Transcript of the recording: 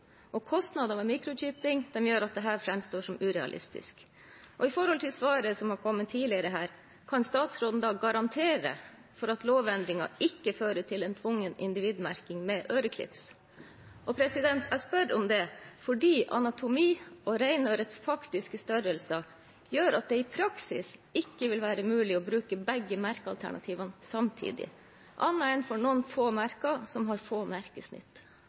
og kostnadene ved microchipping gjør at dette fremstår som urealistisk. Og til svaret som er kommet her tidligere: Kan statsråden da garantere for at lovendringen ikke fører til en tvungen individmerking med øreklips? Jeg spør om det fordi anatomi og reinørets faktiske størrelse gjør at det i praksis ikke vil være mulig å bruke begge merkealternativene samtidig, annet enn for noen få merker som har få